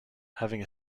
having